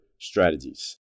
strategies